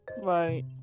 Right